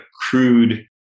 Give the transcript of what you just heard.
crude